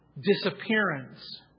Disappearance